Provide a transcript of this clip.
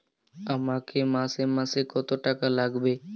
আমাকে মাসে মাসে কত টাকা লাগবে?